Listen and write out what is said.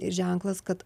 ženklas kad